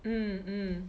mm mm